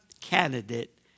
candidate